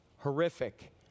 Horrific